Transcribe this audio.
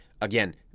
Again